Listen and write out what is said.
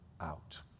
out